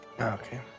okay